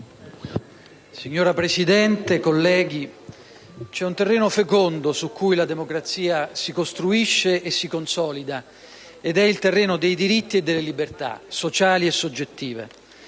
Signora Presidente, colleghi, c'è un terreno fecondo su cui la democrazia si costruisce e si consolida ed è il terreno dei diritti e delle libertà, sociali e soggettive.